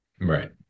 right